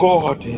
God